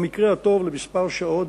במקרה הטוב לכמה שעות,